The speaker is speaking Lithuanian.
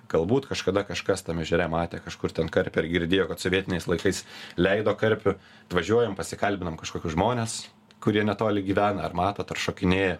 galbūt kažkada kažkas tam ežere matė kažkur ten karpį ar girdėjo kad sovietiniais laikais leido karpių atvažiuojam pasikalbinam kažkokius žmones kurie netoli gyvena ar matot ar šokinėja